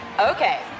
Okay